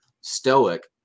stoic